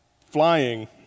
flying